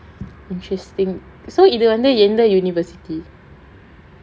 interesting so இது வந்து எந்த:ithu vanthu entha university